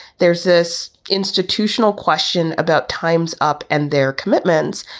there's this institutional question about time's up and their commitments.